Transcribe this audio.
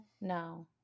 No